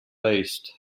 based